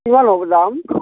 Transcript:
কিমান হ'ব দাম